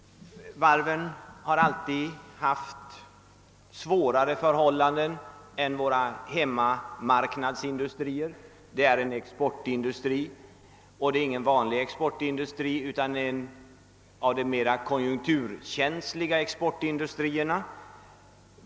Varven har alltid haft svårare förhållanden än våra hemmamarknadsindustrier. Varvsindustrin är en exportindustri, men ingen vanlig exportindustri, utan en av de mera konjunkturkänsliga exportindustrierna.